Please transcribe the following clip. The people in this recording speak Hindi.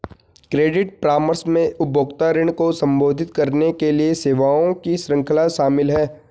क्रेडिट परामर्श में उपभोक्ता ऋण को संबोधित करने के लिए सेवाओं की श्रृंखला शामिल है